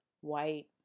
white